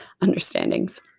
understandings